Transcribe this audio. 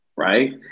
Right